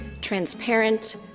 transparent